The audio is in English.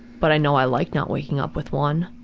but i know i like not waking up with one.